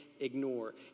ignore